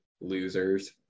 losers